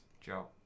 Joe